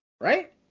Right